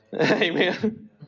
Amen